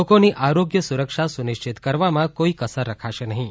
લોકોની આરોગ્ય સુરક્ષા સુનિશ્ચિત કરવામાં કોઈ કસર રખાશે નહીં